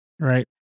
Right